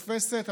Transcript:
נתפסת.